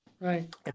right